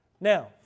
Now